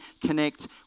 connect